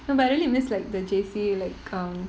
no but I really miss like the J_C like kind